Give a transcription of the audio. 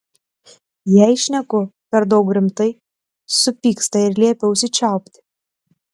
jei šneku per daug rimtai supyksta ir liepia užsičiaupti